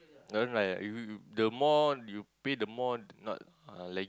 don't like that ah the more you pay the more not uh like